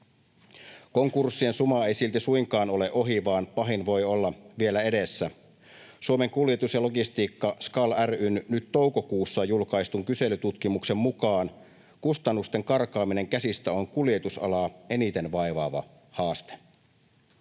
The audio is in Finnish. Konkurssien suma ei silti suinkaan ole ohi, vaan pahin voi olla vielä edessä. Suomen Kuljetus ja Logistiikka SKAL ry:n nyt toukokuussa julkaiseman kyselytutkimuksen mukaan kustannusten karkaaminen käsistä on kuljetusalaa eniten vaivaava haaste.